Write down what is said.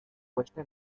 puesta